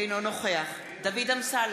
אינו נוכח דוד אמסלם,